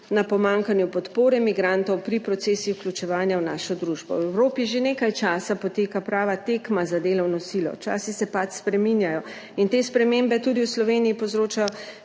na pomanjkanju podpore migrantov pri procesih vključevanja v našo družbo. V Evropi že nekaj časa poteka prava tekma za delovno silo, časi se pač spreminjajo. In te spremembe tudi v Sloveniji povzročajo